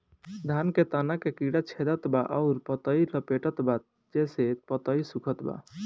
धान के तना के कीड़ा छेदत बा अउर पतई लपेटतबा जेसे पतई सूखत बा?